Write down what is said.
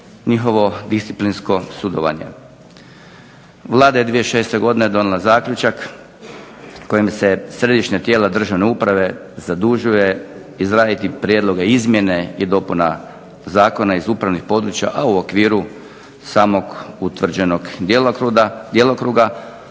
njihovo disciplinsko sudovanje. Vlada je 2006. godine donijela zaključak kojim se središnje tijelo državne uprave zadužuje izraditi prijedloge izmjene i dopuna zakona iz upravnih područja, a u okviru samog utvrđenog djelokruga,